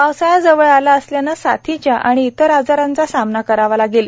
पावसाळा जवळ आला असल्यानं साथीच्या आणि इतर आजारांचा सामना करावा लागेल